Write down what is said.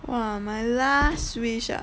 !wah! my last wish ah